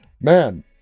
man